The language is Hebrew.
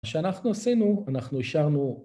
מה שאנחנו עשינו, אנחנו השארנו.